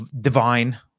divine